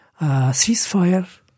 ceasefire